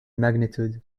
magnitude